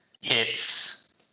hits